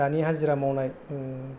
दानि हाजिरा मावनाय